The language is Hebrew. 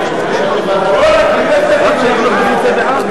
לא כהצעת חוק אלא כהצעה לסדר-היום,